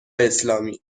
اسلامی